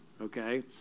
okay